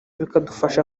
bikadufasha